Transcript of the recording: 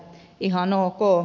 ihan ok